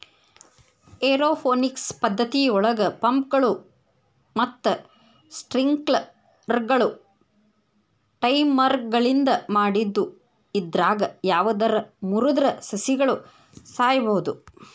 aeroponics ಪದ್ದತಿಯೊಳಗ ಪಂಪ್ಗಳು ಮತ್ತ ಸ್ಪ್ರಿಂಕ್ಲರ್ಗಳು ಟೈಮರ್ಗಳಿಂದ ಮಾಡಿದ್ದು ಇದ್ರಾಗ ಯಾವದರ ಮುರದ್ರ ಸಸಿಗಳು ಸಾಯಬೋದು